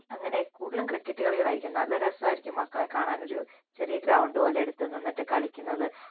അങ്ങനെ കൂടുതലും ക്രിക്കറ്റ് കളികളായിരിക്കും നല്ല രസമായിരിക്കും മക്കളെ കാണാൻ ഒരു ചെറിയ ഗ്രൗണ്ട് പോലെടുത്ത് നിന്നിട്ട് കളിക്കുന്നത്